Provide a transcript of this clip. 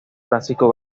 francisco